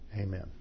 amen